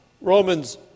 Romans